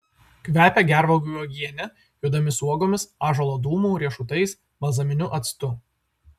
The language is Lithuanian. kvepia gervuogių uogiene juodomis uogomis ąžuolo dūmu riešutais balzaminiu actu